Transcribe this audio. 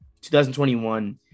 2021